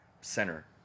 center